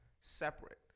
separate